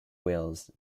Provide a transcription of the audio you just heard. wales